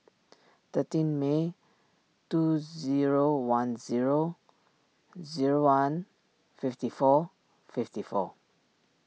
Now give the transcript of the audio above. thirteen May two zero one zero zero one fifty four fifty four